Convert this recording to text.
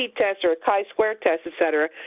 a p-test or a chi-square test, et cetera,